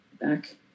back